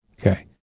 Okay